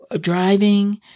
driving